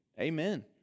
Amen